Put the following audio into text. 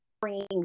bringing